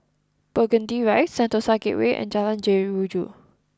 Burgundy Rise Sentosa Gateway and Jalan Jeruju